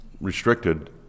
restricted